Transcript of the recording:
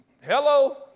hello